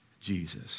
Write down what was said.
Jesus